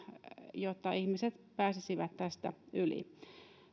jotta ihmiset pääsisivät tästä yli